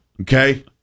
Okay